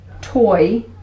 toy